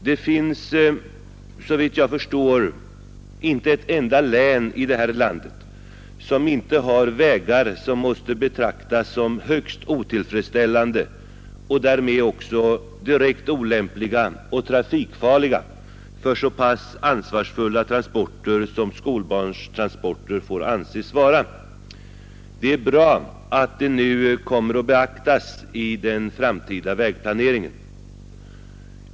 Det finns såvitt jag förstår inte ett enda län i det här landet som inte har vägar som måste betraktas som högst otillfredsställande och därmed också som direkt olämpliga och trafikfarliga för så pass ansvarsfulla transporter som skolbarnstransporter får anses vara. Det är bra att detta nu kommer att beaktas i den framtida vägplaneringen.